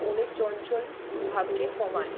মনের চঞ্চল ভাবকে কমায়